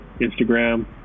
Instagram